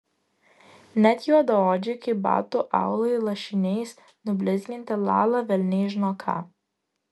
net juodaodžiai kaip batų aulai lašiniais nublizginti lala velniai žino ką